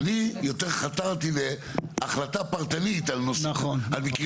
אני יותר חתרתי להחלטה פרטנית לגבי מקרים